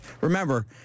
remember